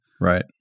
Right